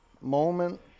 Moment